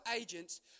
agents